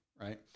Right